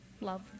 love